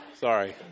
sorry